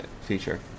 feature